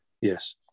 Yes